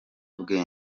bye